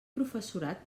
professorat